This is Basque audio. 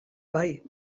bai